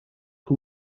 who